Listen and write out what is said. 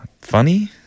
Funny